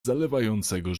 zalewającego